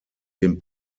den